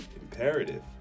imperative